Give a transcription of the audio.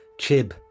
Chib